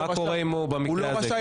הוא לא רשאי לחזור.